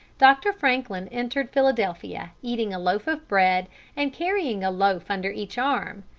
dr. franklin entered philadelphia eating a loaf of bread and carrying a loaf under each arm,